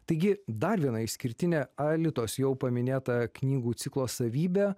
taigi dar viena išskirtinė aelitos jau paminėta knygų ciklo savybė